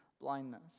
blindness